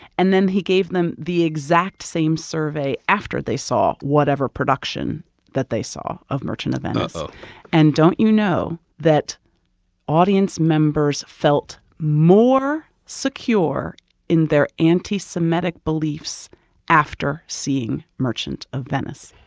and then he gave them the exact same survey after they saw whatever production that they saw of merchant of venice. uh-oh and don't you know that audience members felt more secure in their anti-semitic beliefs after seeing merchant of venice?